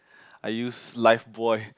I use lifebuoy